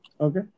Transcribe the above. Okay